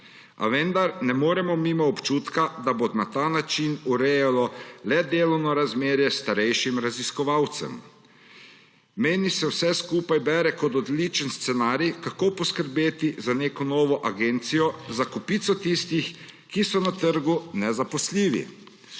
A vendar ne moremo mimo občutka, da se bo na ta način urejalo le delovno razmerje starejšim raziskovalcem. Meni se vse skupaj bere kot odličen scenarij, kako poskrbeti za neko novo agencijo, za kopico tistih, ki so na trgu nezaposljivi.